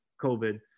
COVID